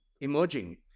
emerging